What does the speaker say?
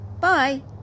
Bye